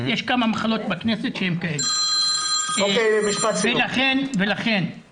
יש כמה מחלות בכנסת שהן כאלה -- לכן בתי